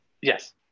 Yes